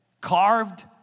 carved